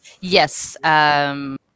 Yes